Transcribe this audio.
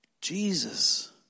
Jesus